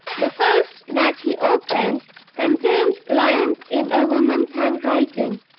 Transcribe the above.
the first that he opened contained lines in a woman's handwriting,